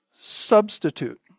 substitute